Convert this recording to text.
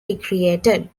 recreated